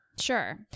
Sure